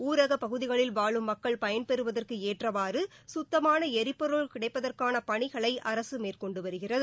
ஊரக பகுதிகளில் வாழும் மக்கள் பயன்பெறுவதற்கு ஏற்றவாறு சுத்தமான எரிபொருள் கிடைப்பதற்கான பணிகளை அரசு மேற்கொண்டு வருகிறது